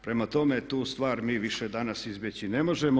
Prema tome, tu stvar mi više danas izbjeći ne možemo.